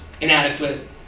inadequate